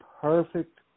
perfect